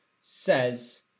says